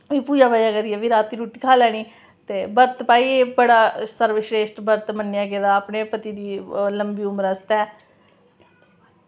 फिर पूजा करियै रातीं रुट्टी खाई लैनी ते बर्त भाई बड़ा सर्वश्रेष्ठ बर्त मन्नेआ गेदा अपने पतिदेव दी लंबी उम्र बास्तै